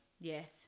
Yes